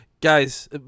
Guys